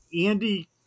andy